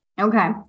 Okay